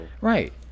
Right